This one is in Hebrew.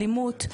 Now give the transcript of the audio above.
אלימות,